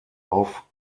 auf